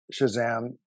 Shazam